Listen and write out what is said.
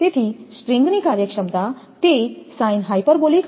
તેથી સ્ટ્રિંગની કાર્યક્ષમતા તે હશે